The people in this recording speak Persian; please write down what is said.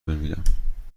بمیرم